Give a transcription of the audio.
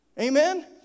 Amen